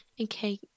Okay